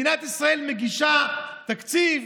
מדינת ישראל מגישה תקציב,